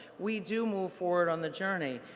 we do move forward on the journey,